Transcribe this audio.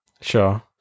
Sure